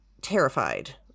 terrified